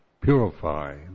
purify